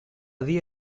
dia